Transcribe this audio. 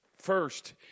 first